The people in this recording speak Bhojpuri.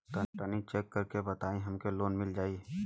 तनि चेक कर के बताई हम के लोन मिल जाई?